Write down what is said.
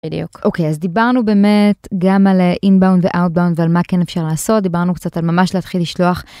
אוקיי אז דיברנו באמת גם על אינבאון ואוטבאון ועל מה כן אפשר לעשות דיברנו קצת על ממש להתחיל לשלוח.